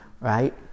Right